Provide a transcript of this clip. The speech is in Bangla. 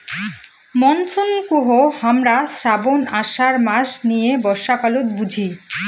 মনসুন কহু হামরা শ্রাবণ, আষাঢ় মাস নিয়ে বর্ষাকালত বুঝি